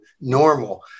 normal